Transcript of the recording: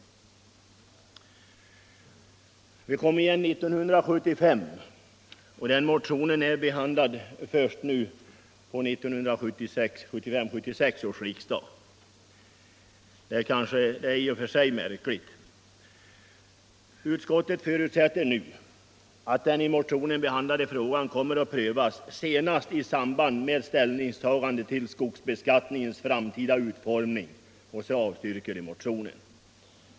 Vi motionerade återigen vid 1975 års riksdag, och den motionen behandlas först nu under 1975/76 års riksmöte. Det är i och för sig märkligt. Utskottet förutsätter nu att den i motionen ”behandlade frågan kommer att prövas senast i samband med ställningstagandet till skogsbeskattningens framtida utformning”. Därefter avstyrker man motionen.